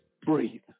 Breathe